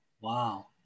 wow